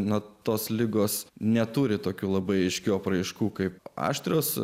nuo tos ligos neturi tokių labai aiškių apraiškų kaip aštrios